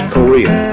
Korea